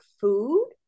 food